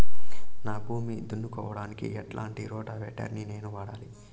నా భూమి దున్నుకోవడానికి ఎట్లాంటి రోటివేటర్ ని నేను వాడాలి?